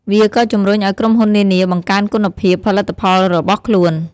វាក៏ជំរុញឱ្យក្រុមហ៊ុននានា បង្កើនគុណភាព ផលិតផលរបស់ខ្លួន។